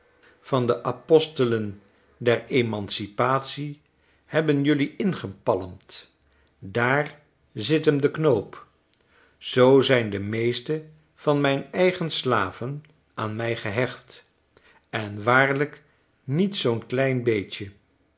van de apostelen der emancipatie hebben jelui ingepalmd daar zit m de knoop zoo zijn de meesten van mijn eigen slaven aan mij gehecht en waarlyk niet zoo'n klein beetje